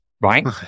right